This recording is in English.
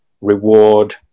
reward